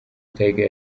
tyga